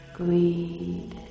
greed